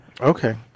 Okay